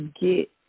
get